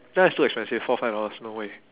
that's too expensive four five dollars no way